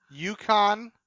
UConn